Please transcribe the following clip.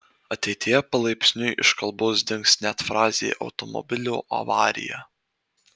ateityje palaipsniui iš kalbos dings net frazė automobilio avarija